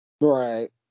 Right